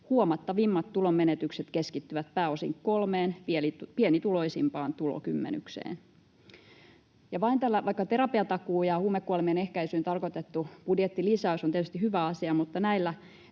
Huomattavimmat tulonmenetykset keskittyvät pääosin kolmeen pienituloisimpaan tulokymmenykseen. Ja vaikka terapiatakuu ja huumekuolemien ehkäisyyn tarkoitettu budjettilisäys ovat tietysti hyviä asioita, niin näillä